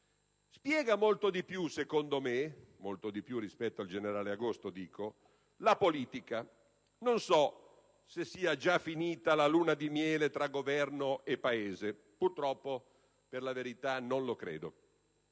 Spiega molto di più secondo me, rispetto al generale agosto, la politica. Non so se sia già finita la luna di miele tra Governo e Paese. Purtroppo, per la verità, non lo credo.